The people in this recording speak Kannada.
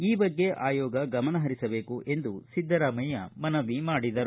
ಈ ಬಗ್ಗೆ ಆಯೋಗ ಗಮನ ಪರಿಸಬೇಕು ಎಂದು ಸಿದ್ದರಾಮಯ್ಯ ಮನವಿ ಮಾಡಿದರು